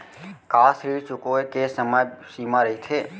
का ऋण चुकोय के समय सीमा रहिथे?